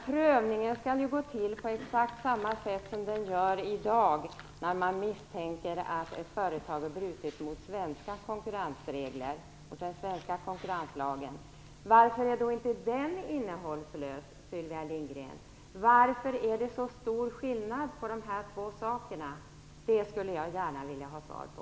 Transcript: Prövningen skall ju gå till på exakt samma sätt som den gör i dag när man misstänker att företag har brutit mot svenska konkurrensregler och den svenska konkurrenslagen. Varför är då inte den prövningen innehållslös, Sylvia Lindgren? Varför är det så stor skillnad på dessa två saker? Det skulle jag gärna vilja få svar på.